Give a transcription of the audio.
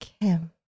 Kim